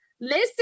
Listen